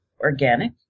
Organic